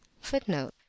footnote